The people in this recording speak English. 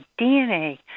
DNA